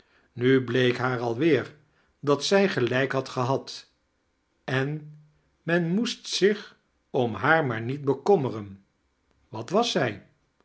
nu bleek haar al weer dat zij ge'iijk had gonad en men moest zich om haar maar niet beteommeren wat was zij